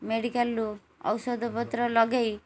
ମେଡ଼ିକାଲ୍ରୁ ଔଷଧ ପତ୍ର ଲଗେଇ